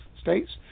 states